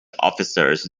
officers